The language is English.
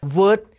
word